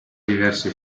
diversi